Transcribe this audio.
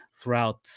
throughout